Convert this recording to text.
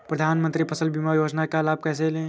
प्रधानमंत्री फसल बीमा योजना का लाभ कैसे लें?